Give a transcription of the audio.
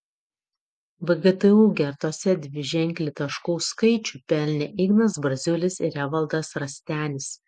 vgtu gertose dviženklį taškų skaičių pelnė ignas braziulis ir evaldas rastenis